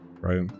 right